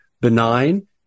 benign